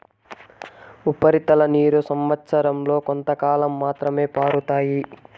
ఉపరితల నీరు సంవచ్చరం లో కొంతకాలం మాత్రమే పారుతాయి